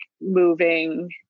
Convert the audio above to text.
moving